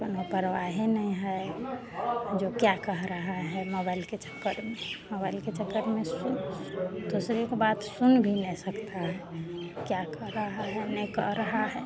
कौनो परवाह नहीं है जो क्या कह रहा है मोबाइल के चक्कर में मोबाइल के चक्कर में सो दूसरे की बात सुन भी नहीं सकता है क्या करा है नहीं कर रहा है